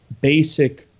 basic